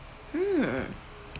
mm